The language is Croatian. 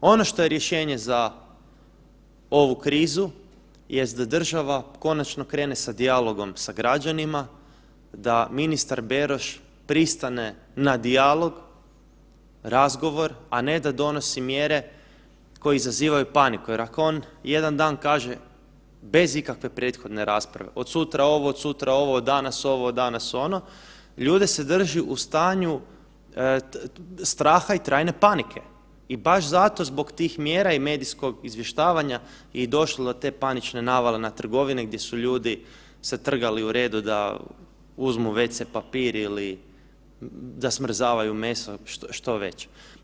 Ono što je rješenje za ovu krizu jest da država konačno krene sa dijalogom sa građanima, da ministar Beroš pristane na dijalog, razgovor, a ne da donosi mjere koje izazivaju paniku jer ako on jedan dan kaže bez ikakve prethodne rasprave, od sutra ovo, od sutra ovo, od danas ovo, od danas ono, ljude se drži u stanju straha i trajne panike i baš zato zbog tih mjera i medijskog izvještavanja je i došlo do te panične navale na trgovine gdje su ljudi se trgali u redu da uzmi wc papir ili da smrzavaju meso ili što već.